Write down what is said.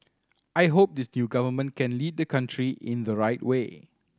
I hope this new government can lead the country in the right way